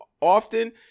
often